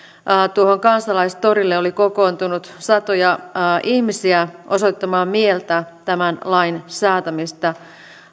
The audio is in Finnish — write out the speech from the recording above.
tuohon kansalaistorille oli kokoontunut satoja ihmisiä osoittamaan mieltä tämän lain säätämistä